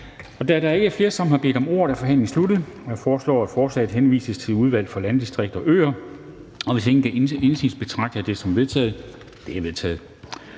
Da der ikke er flere, der har bedt om ordet, er forhandlingen sluttet. Jeg foreslår, at lovforslaget henvises til Indenrigs- og Boligudvalget. Hvis ingen gør indsigelse, betragter jeg det som vedtaget. Det er vedtaget.